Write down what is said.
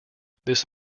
this